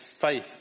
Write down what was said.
faith